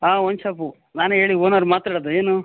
ಹಾಂ wine shop ನಾನೇ ಹೇಳಿ ಓನರ್ ಮಾತಾಡೋದು ಏನು